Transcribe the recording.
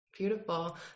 Beautiful